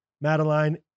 Madeline